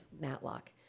Matlock